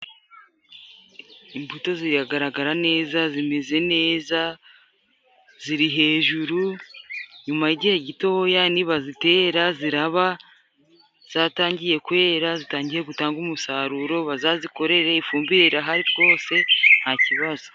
Imbuto ziragaragara neza ,zimeze neza ziri hejuru nyuma y'igihe gitoya nibazitera ziraba zatangiye kwera ,zitangiye gutanga umusaruro bazazikorere ifumbire irahari rwose nta kibazo.